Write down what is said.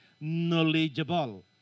knowledgeable